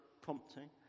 prompting